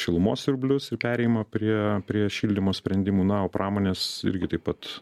šilumos siurblius ir perėjimą prie prie šildymo sprendimų na o pramonės irgi taip pat